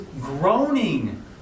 groaning